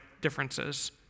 differences